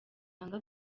banga